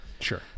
Sure